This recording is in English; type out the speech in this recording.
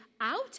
out